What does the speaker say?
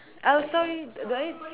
um sorry do I need